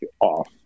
off